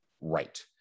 right